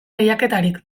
lehiaketarik